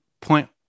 point